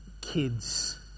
kids